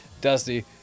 Dusty